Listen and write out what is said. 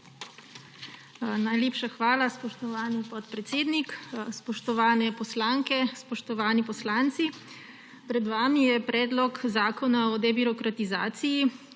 Najlepša hvala, spoštovani podpredsednik. Spoštovane poslanke, spoštovani poslanci! Pred vami je Predlog zakona o debirokratizaciji,